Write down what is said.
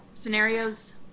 scenarios